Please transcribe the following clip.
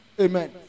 amen